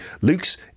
luke's